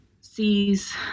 sees